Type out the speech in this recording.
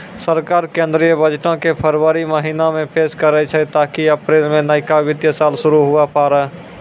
सरकार केंद्रीय बजटो के फरवरी महीना मे पेश करै छै ताकि अप्रैल मे नयका वित्तीय साल शुरू हुये पाड़ै